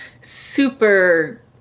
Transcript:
super